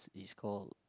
is call